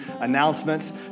announcements